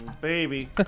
Baby